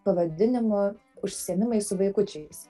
pavadinimu užsiėmimai su vaikučiais